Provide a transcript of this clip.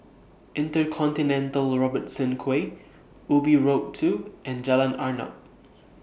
InterContinental Robertson Quay Ubi Road two and Jalan Arnap